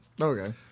Okay